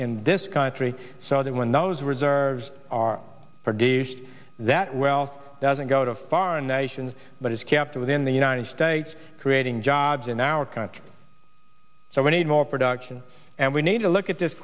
in this country so that when those reserves are produced that well doesn't go to foreign nations but is kept within the united states creating jobs in our country so we need more production and we need to look at this